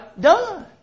done